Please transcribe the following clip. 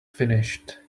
finished